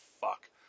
fuck